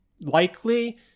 likely